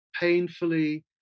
painfully